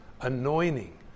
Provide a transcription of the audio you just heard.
anointing